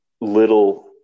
little